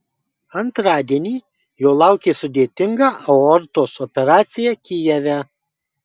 antradienį jo laukė sudėtinga aortos operacija kijeve